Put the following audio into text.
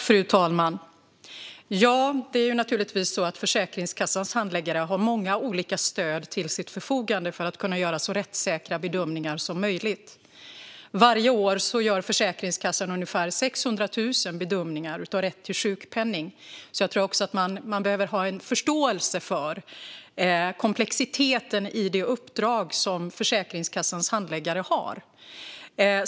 Fru talman! Försäkringskassans handläggare har många olika stöd till sitt förfogande för att kunna göra så rättssäkra bedömningar som möjligt. Varje år görs ungefär 600 000 bedömningar av rätt till sjukpenning på Försäkringskassan. Man behöver alltså också ha en förståelse för komplexiteten i det uppdrag som Försäkringskassans handläggare har.